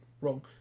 wrong